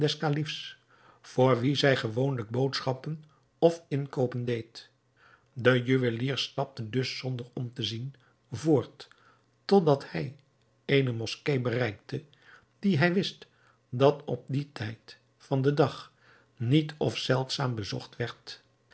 kalifs voor wie zij gewoonlijk boodschappen of inkoopen deed de juwelier stapte dus zonder om te zien voort totdat hij eene moskee bereikte die hij wist dat op dien tijd van den dag niet of zeldzaam bezocht werd